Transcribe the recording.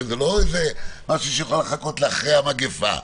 שזה לא משהו שהיא יכולה לחכות לאחרי המגפה.